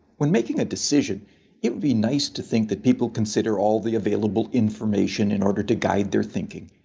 when making a decision it'd be nice to think that people consider all the available information in order to guide their thinking.